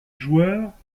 joueurs